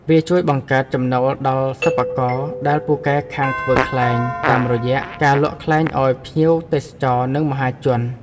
វាជួយបង្កើតចំណូលដល់សិប្បករដែលពូកែខាងធ្វើខ្លែង តាមរយៈការលក់ខ្លែងឱ្យភ្ញៀវទេសចរ និងមហាជន។